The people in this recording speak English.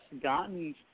gotten –